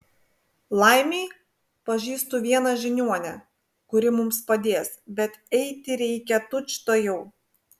laimei pažįstu vieną žiniuonę kuri mums padės bet eiti reikia tučtuojau